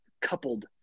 coupled